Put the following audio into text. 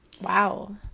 Wow